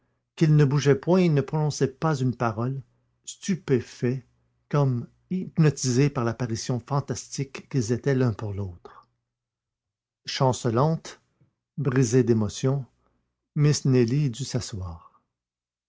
qu'ils ne bougeaient point et ne prononçaient pas une parole stupéfaits comme hypnotisés par l'apparition fantastique qu'ils étaient l'un pour l'autre chancelante brisée d'émotion miss nelly dut s'asseoir